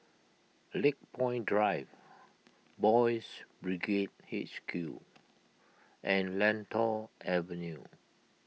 Lakepoint Drive Boys' Brigade H Q and Lentor Avenue